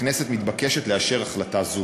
הכנסת מתבקשת לאשר החלטה זו.